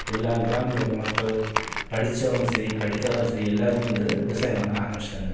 எல்லாம் கிராமத்தில் இருக்க மக்கள் படிச்சவனும் சரி படிக்காதவன் சரி எல்லாரும் வந்து விவசாயம் பண்ண ஆரம்பிச்சிவிட்டாங்க